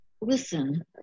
listen